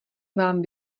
vám